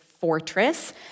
fortress